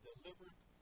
Delivered